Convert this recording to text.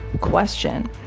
Question